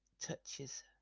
touches